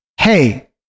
Hey